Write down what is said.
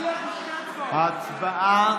ההצבעה